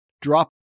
Drop